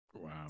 Wow